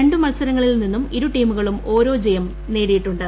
രണ്ടു മത്സരങ്ങളിൽ നിന്നും ഇരു ടീമുകളും ഓരോ ജയം നേടിയിട്ടുണ്ട്